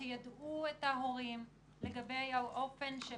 שתיידעו את ההורים לגבי האופן,